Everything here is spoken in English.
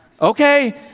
Okay